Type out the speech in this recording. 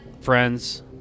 friends –